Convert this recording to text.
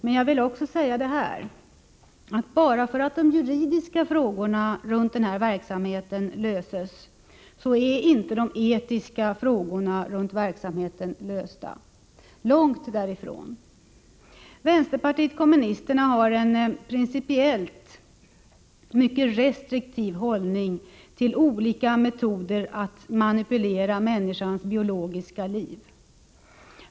Men jag vill säga att bara för att de juridiska frågorna runt denna verksamhet löses, är därmed inte de etiska frågorna runt verksamheten lösta — långt därifrån! I vänsterpartiet kommunisterna intar vi principiellt sett en mycket restriktiv hållning när det gäller olika metoder att manipulera människans biologiska liv.